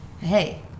hey